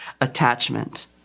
attachment